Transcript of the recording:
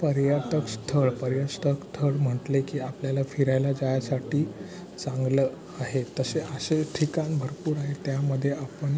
पर्यटक स्थळ पर्यटक स्थळ म्हटले की आपल्याला फिरायला जायसाठी चांगलं आहे तसे असे ठिकाण भरपूर आहे त्यामध्ये आपण